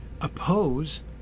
oppose